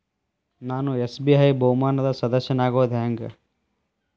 ನಾನು ಎಸ್.ಬಿ.ಐ ಬಹುಮಾನದ್ ಸದಸ್ಯನಾಗೋದ್ ಹೆಂಗ?